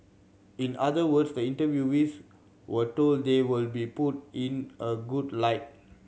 in other words the interviewees were told they will be put in a good light